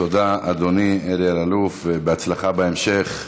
תודה, אדוני אלי אלאלוף, ובהצלחה בהמשך.